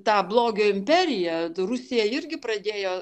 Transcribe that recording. tą blogio imperiją rusija irgi pradėjo